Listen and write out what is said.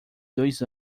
dois